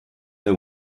the